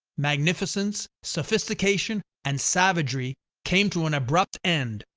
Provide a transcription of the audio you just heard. magnificence, sophistication, and savagery came to an abrupt end,